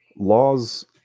Laws